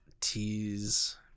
tease